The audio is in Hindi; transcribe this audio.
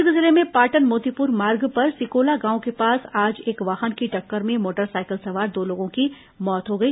दुर्ग जिले में पाटन मोतिपुर मार्ग पर सिकोला गांव के पास आज एक वाहन की टक्कर में मोटर साइकिल सवार दो लोगों की मौत हो गई